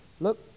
look